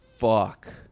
fuck